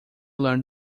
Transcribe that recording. learn